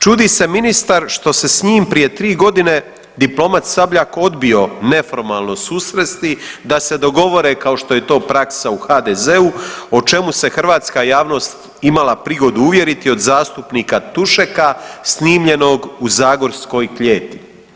Čudi se ministar što se s njim prije 3 godine diplomat Sabljak odbio neformalno susresti da se dogovore kao što je to praksa u HDZ-u o čemu se hrvatska javnost imala prigodu uvjeriti od zastupnika Tušeka snimljenog u zagorskoj klijeti.